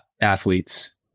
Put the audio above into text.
athletes